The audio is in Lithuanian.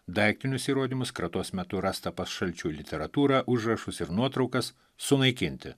daiktinius įrodymus kratos metu rastą pas šalčių literatūrą užrašus ir nuotraukas sunaikinti